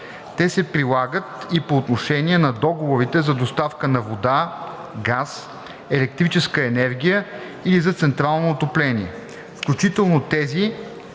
Те се прилагат и по отношение на договорите за доставка на вода, газ, електрическа енергия или за централно отопление, включително тези,